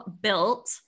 built